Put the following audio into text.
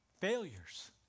failures